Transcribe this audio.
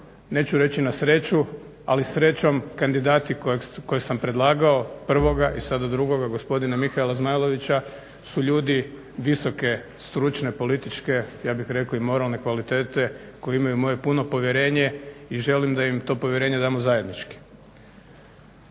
neću reći na sreću ali srećom kandidati koje sam predlagao prvoga i sada drugoga gospodina Mihaela Zmajlovića su ljudi visoke stručne političke, ja bih rekao i moralne kvalitete koji imaju moje puno povjerenje i želim da im to povjerenje damo zajednički.